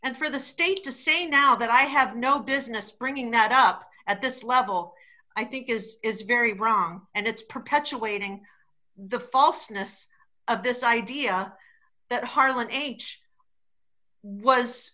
and for the state to say now that i have no business bringing that up at this level i think is is very wrong and it's perpetuating the falseness of this idea that harlan age was